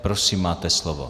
Prosím, máte slovo.